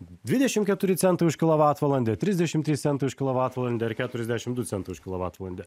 dvidešim keturi centai už kilovatvalandę trisdešim trys centai už kilovatvalandę ir keturiasdešim du centai už kilovatvalandę